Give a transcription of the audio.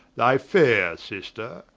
thy faire sister,